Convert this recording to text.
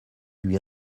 lui